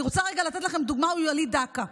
אני רוצה רגע לתת לכם דוגמה מווליד דקה.